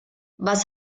was